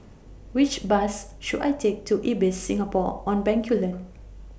Which Bus should I Take to Ibis Singapore on Bencoolen